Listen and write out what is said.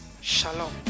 Shalom